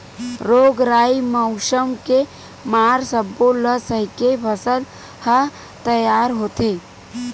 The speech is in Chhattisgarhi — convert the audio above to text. रोग राई, मउसम के मार सब्बो ल सहिके फसल ह तइयार होथे